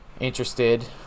interested